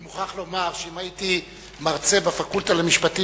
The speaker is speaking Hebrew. אני מוכרח לומר שאם הייתי מרצה בפקולטה למשפטים,